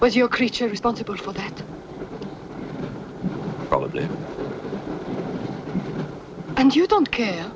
was your creature responsible for that probably and you don't care